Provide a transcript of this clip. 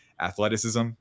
athleticism